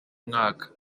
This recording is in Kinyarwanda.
mwaka